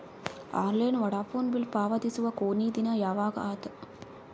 Online Vodafone bill ಪಾವತಿಸುವ ಕೊನಿ ದಿನ ಯವಾಗ ಅದ?